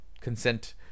consent